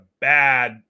bad